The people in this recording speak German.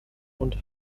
und